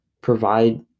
provide